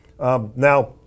Now